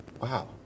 wow